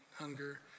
hunger